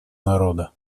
народа